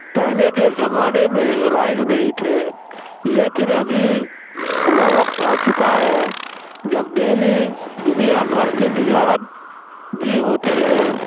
پہلے کے زمانے میں رائج نہیں تھے لیکن ابھی وہ وقت آ چکا ہے جب دہلی دنیا بھر کے تجارت بھی ہوتے ہیں